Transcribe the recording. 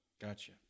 gotcha